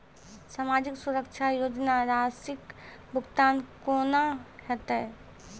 समाजिक सुरक्षा योजना राशिक भुगतान कूना हेतै?